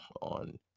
on